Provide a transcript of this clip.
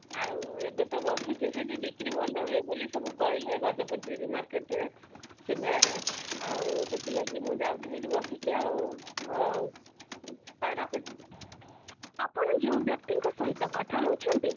ଆଉ ଏବେ ତ ବସୁଛିି ସେଇଠି ବିକ୍ରି ଭଲ ହୁଏ ବୋଲି ସବୁ କହିଲେ ଗଜପତି ମାର୍କେଟ୍ରେ ସେହି ମେଳାରେ ଆଉ ସେଥିଲାଗି ମୁଁ ଯାଉଛି ସେଇଠି ବସୁଛି ଆଉ ହଉ ହଉ ରଖୁଛି ଆପଣ ଯେଉଁ ବ୍ୟକ୍ତିଙ୍କ ସହିତ କଥା ହେଉଛନ୍ତି